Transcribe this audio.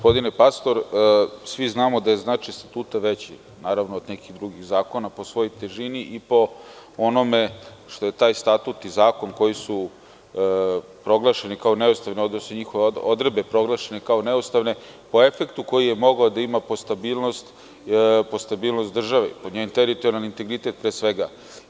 Gospodine Pastor, svi znamo da je značaj Statuta veći, naravno od nekih drugih zakona po svojoj težini i po onome što je taj statut i zakon, koji su proglašeni kao neustavni, odnosno njihove odredbe proglašene kao neustavne, po efektu koji je mogao da ima po stabilnost države, po njen teritorijalni integritet pre svega.